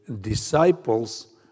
disciples